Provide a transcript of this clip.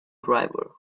driver